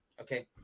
Okay